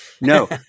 No